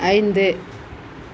ஐந்து